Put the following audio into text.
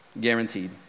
Guaranteed